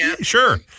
Sure